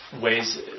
ways